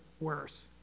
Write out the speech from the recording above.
worse